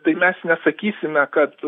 tai mes nesakysime kad